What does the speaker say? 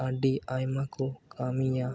ᱟᱹᱰᱤ ᱟᱭᱢᱟ ᱠᱚ ᱠᱟᱹᱢᱤᱭᱟ